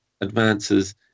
advances